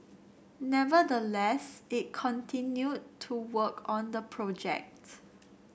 nevertheless it continued to work on the project